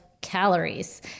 calories